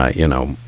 ah you know,